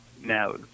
Now